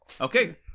Okay